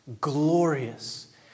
glorious